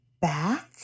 back